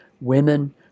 women